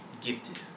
gifted